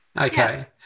Okay